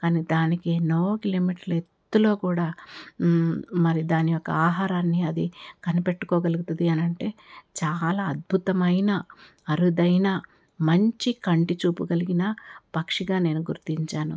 కానీ దానికి ఎన్నో కిలోమీటర్ల ఎత్తులో కూడా మరి దాని యొక్క ఆహారాన్ని అది కనిపెట్టుకోగలుగుతుది అనంటే చాలా అద్భుతమైన అరుదైన మంచి కంటి చూపు కలిగిన పక్షిగా నేను గుర్తించాను